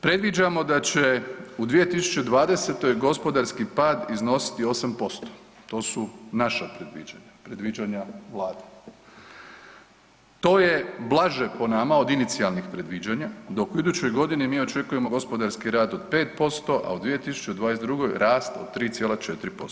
Predviđamo da će u 2020. gospodarski pad iznositi 8%, to su naša previđanja, predviđanja Vlade, to je blaže po nama od inicijalnih predviđanja dok u idućoj godini mi očekujemo gospodarski rast od 5%, a u 2022. rast od 3,4%